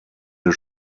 des